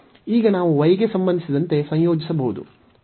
ಈಗ ನಾವು y ಗೆ ಸಂಬಂಧಿಸಿದಂತೆ ಸಂಯೋಜಿಸಬಹುದು